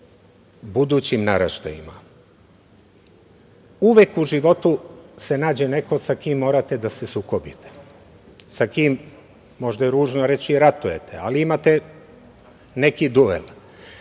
budućim naraštajima. Uvek u životu se nađe neko sa kim morate da se sukobite, sa kim, možda je ružno reći ratujete, ali imate neki duel.